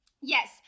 Yes